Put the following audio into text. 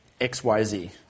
XYZ